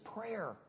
prayer